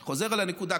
אני חוזר על הנקודה.